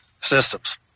systems